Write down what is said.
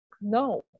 no